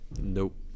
Nope